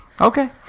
Okay